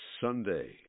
Sunday